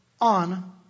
on